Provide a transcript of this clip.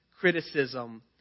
criticism